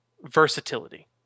Versatility